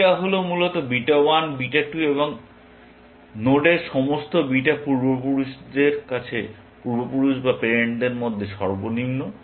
beta হল মূলত beta 1 beta 2 এবং নোডের সমস্ত বিটা পূর্বপুরুষের মধ্যে সর্বনিম্ন